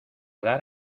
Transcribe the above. dar